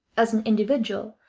as an individual,